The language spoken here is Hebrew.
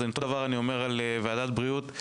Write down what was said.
ואותו הדבר אני אומר על ועדת בריאות.